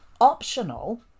optional